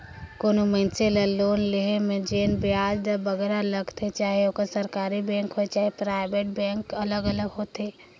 कोनो मइनसे ल लोन लोहे में जेन बियाज दर बगरा लगथे चहे ओहर सरकारी बेंक होए चहे पराइबेट बेंक अलग अलग होथे